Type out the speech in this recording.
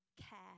care